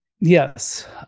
Yes